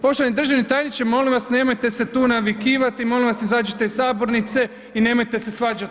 Poštovani državne tajniče molim vas nemojte se tu navikivati, molim vas izađite iz sabornice i nemojte se svađati.